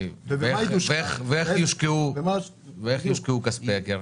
ואיך יושקעו כספי הקרן?